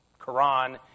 Quran